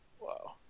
Wow